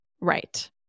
Right